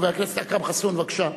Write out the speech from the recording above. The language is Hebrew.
חבר הכנסת אכרם חסון, בבקשה.